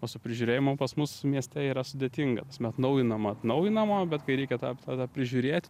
o su prižiūrėjimu pas mus mieste yra sudėtinga atnaujinama atnaujinama bet kai reikia tą tada prižiūrėt